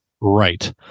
right